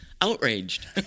Outraged